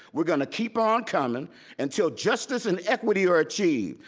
we're gonna keep on coming until justice and equity are achieved,